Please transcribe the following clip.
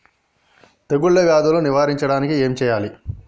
తెగుళ్ళ వ్యాధులు నివారించడానికి ఏం చేయాలి?